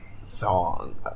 Song